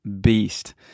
beast